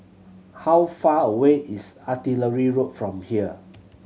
how far away is Artillery Road from here